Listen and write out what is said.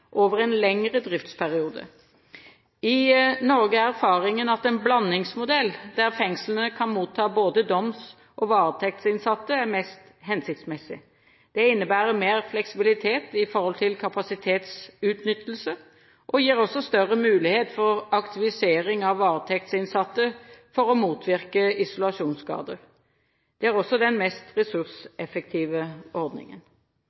over en lengre driftsperiode. I Norge er erfaringen at en blandingsmodell, der fengslene kan motta både doms- og varetektsinnsatte, er mest hensiktsmessig. Det innebærer mer fleksibilitet i kapasitetsutnyttelsen, og det gir også større mulighet for aktivisering av varetektsinnsatte for å motvirke isolasjonsskader. Det er også den mest ressurseffektive ordningen.